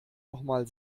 nochmal